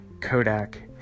Kodak